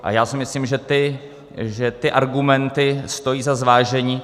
A já si myslím, že ty argumenty stojí za zvážení.